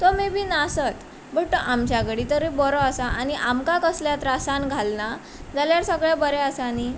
तो maybe नासत but तो आमच्या कडेन तरी बरो आसा आनी आमकां कसल्या त्रासान घालना जाल्यार सगलें बरें आसा न्ही